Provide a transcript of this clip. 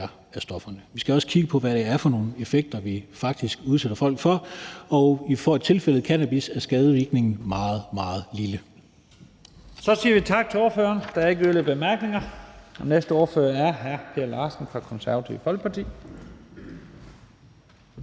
af stofferne. Vi skal også kigge på, hvad det er for nogle effekter, vi faktisk udsætter folk for, og i tilfældet cannabis er skadevirkningen meget, meget lille. Kl. 18:30 Første næstformand (Leif Lahn Jensen): Så siger vi tak til ordføreren. Der er ikke yderligere korte bemærkninger. Næste ordfører er hr. Per Larsen fra Det Konservative Folkeparti.